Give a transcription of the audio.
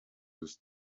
ist